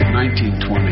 1920